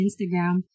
Instagram